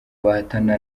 bahatana